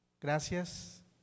Gracias